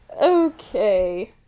Okay